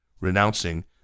renouncing